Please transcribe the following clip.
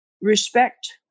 respect